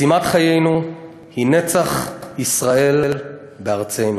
משימת חיינו היא נצח ישראל בארצנו.